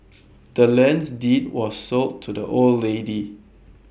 the land's deed was sold to the old lady